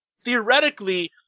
theoretically